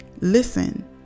Listen